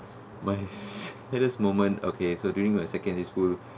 my saddest moment okay so during my secondary school